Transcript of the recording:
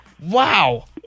Wow